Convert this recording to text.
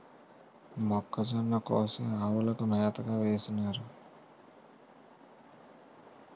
మొక్కజొన్న కోసి ఆవులకు మేతగా వేసినారు